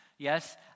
Yes